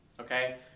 okay